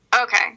okay